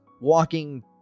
walking